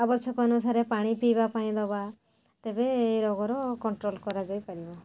ଆବଶ୍ୟକ ଅନୁସାରେ ପାଣି ପିଇବା ପାଇଁ ଦେବା ତେବେ ଏଇ ରୋଗର କଣ୍ଟ୍ରୋଲ୍ କରାଯାଇପାରିବ